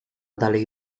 dalej